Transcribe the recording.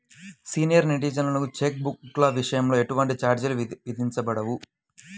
senior సిటిజన్లకి cheque బుక్ల విషయంలో ఎటువంటి ఛార్జీలు విధించబడవు